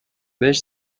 بهش